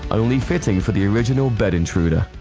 only fitting for the original bed intruder,